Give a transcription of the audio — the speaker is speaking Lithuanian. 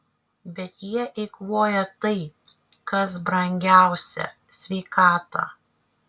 bet jie eikvoja tai kas brangiausia sveikatą